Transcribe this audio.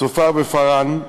צופר ופארן.